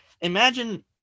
imagine